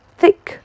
thick